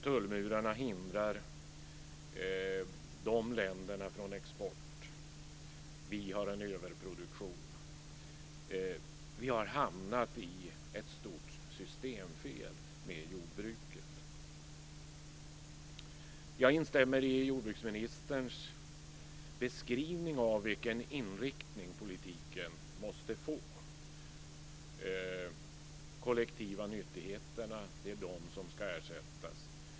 Tullmurarna hindrar dessa länder från export. Vi har en överproduktion. Vi har hamnat i ett stort systemfel med jordbruket. Jag instämmer i jordbruksministerns beskrivning av den inriktning som politiken måste få. Det är de kollektiva nyttigheterna som ska ersättas.